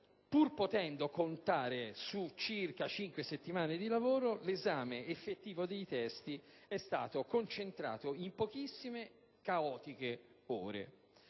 pur potendo contare su circa cinque settimane di lavoro, l'esame effettivo dei testi è stato concentrato in pochissime caotiche ore.